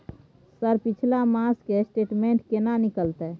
Sir पिछला मास के स्टेटमेंट केना निकलते?